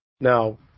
Now